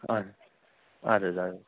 اَدٕ اَدٕ حظ اَدٕ حظ